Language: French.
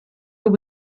eaux